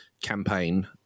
campaign